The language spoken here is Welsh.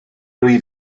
wyf